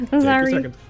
Sorry